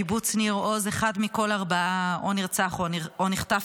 בקיבוץ ניר עוז אחד מכל ארבעה או נרצח או נחטף,